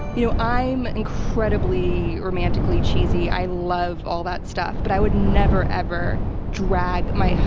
you know, i'm incredibly romantically cheesy. i love all that stuff. but i would never, ever drag my,